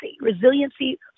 resiliency